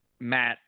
Matt